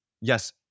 yes